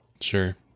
Sure